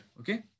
Okay